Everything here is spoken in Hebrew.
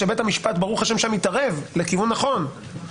שבית המשפט ברוך השם שם התערב לכיוון נכון,